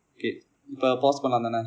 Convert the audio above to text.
ok இப்போ:ippo pause பண்ணலாம் தானே:pannalaam thaane